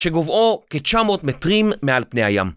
שגובהו כ-900 מטרים מעל פני הים